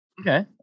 Okay